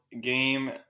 game